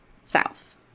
south